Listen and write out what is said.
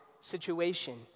situation